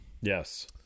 Yes